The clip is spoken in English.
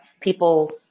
people